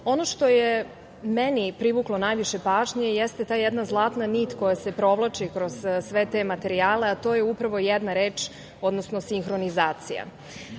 ono što je meni privuklo najviše pažnje jeste ta jedna zlatna nit koja se provlači kroz sve te materijale, a to je upravo jedna reč, odnosno sinhronizacija. Ono